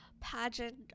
pageant